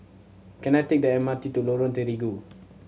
can I take the M R T to Lorong Terigu